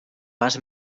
pas